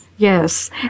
Yes